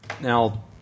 Now